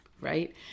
Right